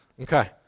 Okay